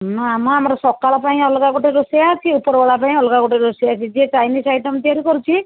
ନା ମ ଆମର ସକାଳ ପାଇଁ ଅଲଗା ଗୋଟେ ରୋଷେୟା ଅଛି ଉପରବେଳା ପାଇଁ ଅଲଗା ଗୋଟେ ରୋଷେୟା ଅଛି ଯିଏ ଚାଇନିସ ଆଇଟମ ତିଆରି କରୁଛି